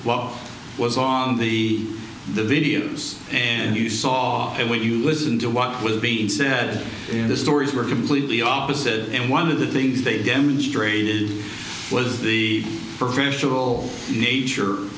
what was on the the videos and you saw it when you listen to what was being said in the stories were completely opposite and one of the things they demonstrated was the